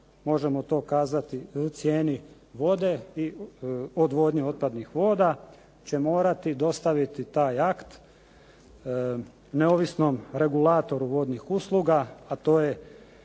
možemo to kazati cijeni vode i odvodnje otpadnih voda, će morati dostaviti taj akt neovisnom regulatoru vodnih usluga, a to je